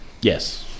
yes